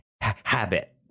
habit